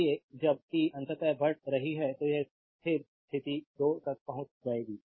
इसलिए जब t अंततः बढ़ रही है तो यह स्थिर स्थिति 2 तक पहुंच जाएगी